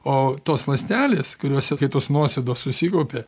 o tos ląstelės kuriose kai tos nuosėdos susikaupia